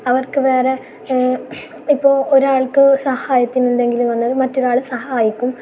അവർക്ക് വേറെ ഇപ്പോൾ ഒരാൾക്ക് സഹായത്തിന് എന്തെങ്കിലും വന്നാൽ മറ്റൊരാൾ സഹായിക്കും